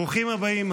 ברוכים הבאים,